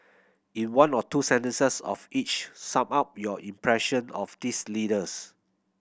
in one or two sentences of each sum up your impression of these leaders